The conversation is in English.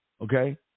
Okay